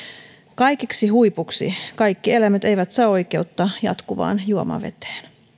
kaikeksi huipuksi kaikki eläimet eivät saa oikeutta jatkuvaan juomaveteen